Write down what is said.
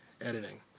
editing